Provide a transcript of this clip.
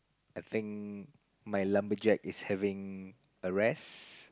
I think my lumberjack is having a rest